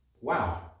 wow